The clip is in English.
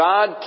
God